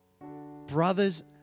brothers